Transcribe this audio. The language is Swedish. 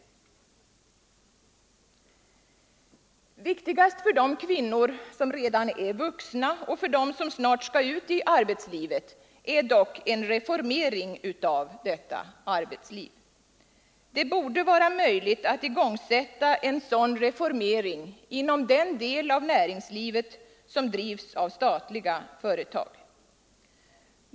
Viktigast för de kvinnor som redan är vuxna och för dem som snart skall ut i arbetslivet är dock en reformering av detta arbetsliv. Det borde vara möjligt att igångsätta en sådan reformering inom den del av näringslivet som drivs av statliga företag.